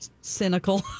cynical